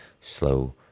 Slow